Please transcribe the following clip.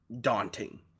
daunting